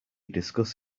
discuss